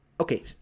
okay